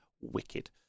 wicked